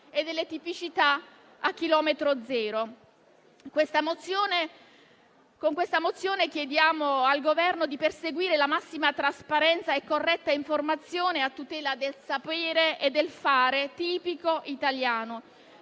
e delle tipicità a chilometro zero. Con questa mozione chiediamo al Governo di perseguire la massima trasparenza e corretta informazione a tutela del sapere e del fare tipico italiano;